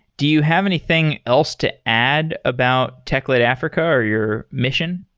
do you have anything else to add about techlit africa, or your mission?